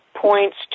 points